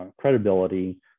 credibility